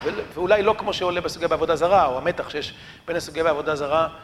ואולי לא כמו שעולה בסוגי בעבודה זרה, או המתח שיש בין הסוגיה בעבודה זרה.